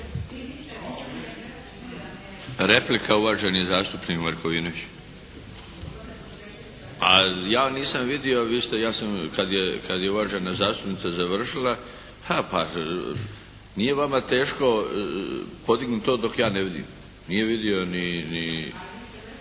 Replika uvaženi zastupnik Markovinović. A ja nisam vidio. Vi ste, ja sam, kad je uvažena zastupnica završila, ha pa nije vama teško podignuti to dok ja to ne vidim. Nije vidio